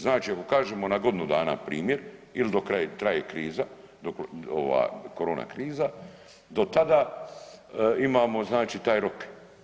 Znači ako kažemo na godinu dana primjer ili dok traje kriza dok ova korona kriza do tada imamo znači taj rok.